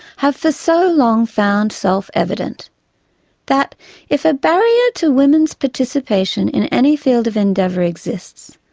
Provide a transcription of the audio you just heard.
have for so long found self-evident that if a barrier to women's participation in any field of endeavour exists,